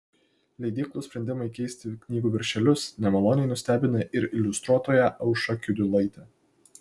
leidyklų sprendimai keisti knygų viršelius nemaloniai nustebina ir iliustruotoją aušrą kiudulaitę